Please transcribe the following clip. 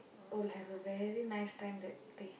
will have a very nice time that day